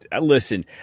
listen